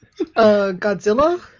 godzilla